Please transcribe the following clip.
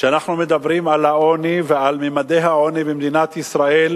כשאנחנו מדברים על העוני ועל ממדי העוני במדינת ישראל,